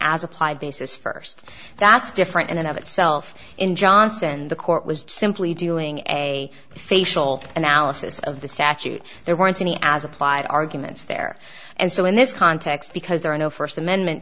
applied basis first that's different in and of itself in johnson the court was simply doing a facial analysis of the statute there weren't any as applied arguments there and so in this context because there are no first amendment